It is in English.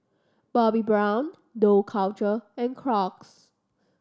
Bobbi Brown Dough Culture and Crocs